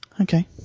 Okay